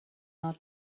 our